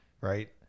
right